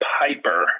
Piper